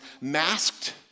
masked